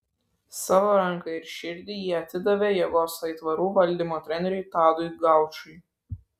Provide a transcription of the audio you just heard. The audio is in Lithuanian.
savo ranką ir širdį ji atidavė jėgos aitvarų valdymo treneriui tadui gaučui